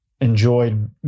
Enjoyed